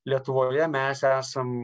lietuvoje mes esam